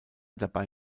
dabei